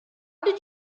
did